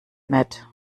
mit